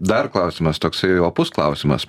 dar klausimas toksai opus klausimas